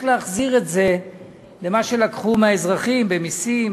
להחזיר את זה ממה שלקחו מהאזרחים במסים,